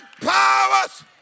powers